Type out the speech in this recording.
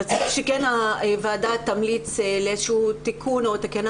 צריך שהוועדה תמליץ על איזה שהוא תיקון או תקנה